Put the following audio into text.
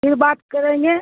پھر بات کریں گے